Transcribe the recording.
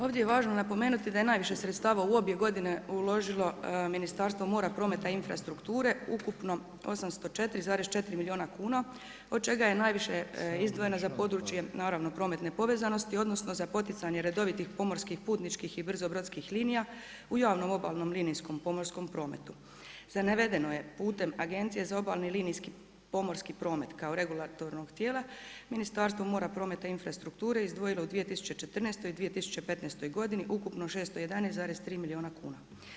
Ovdje je važno napomenuti da je najviše sredstava u obje godine uložilo Ministarstvo mora, prometa i infrastrukture ukupno 804,4 milijuna kuna od čega je najviše izdvojeno za područje naravno prometne povezanosti, odnosno za poticanje redovitih pomorskih putničkih i brzobrodskih linija u javnom obalnom linijskom pomorskom prometu. … [[Govornica se ne razumije.]] putem Agencije za obalni linijski pomorski promet kao regulatornog tijela Ministarstvo mora, prometa i infrastrukture izdvojilo je u 2014. i 2015. godini ukupno 611,3 milijuna kuna.